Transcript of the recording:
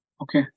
Okay